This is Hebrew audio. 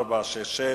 466,